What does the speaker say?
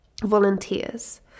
volunteers